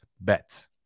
bet